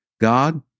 God